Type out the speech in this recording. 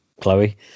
chloe